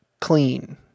clean